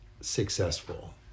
successful